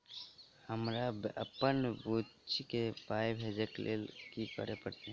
हमरा अप्पन बुची केँ पाई भेजइ केँ लेल की करऽ पड़त?